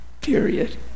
period